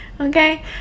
okay